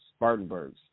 Spartanburgs